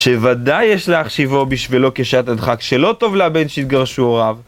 שוודאי יש להחשיבו בשבילו כשעת הדחק, שלא טוב לאבד, שיתגרשו הוריו